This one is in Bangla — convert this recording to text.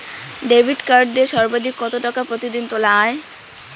ডেবিট কার্ড দিয়ে সর্বাধিক কত টাকা প্রতিদিন তোলা য়ায়?